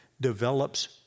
develops